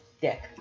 dick